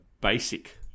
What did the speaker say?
basic